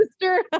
sister